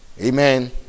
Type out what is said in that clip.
Amen